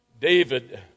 David